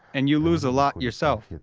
and you lose a lot yourself.